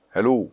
Hello